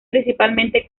principalmente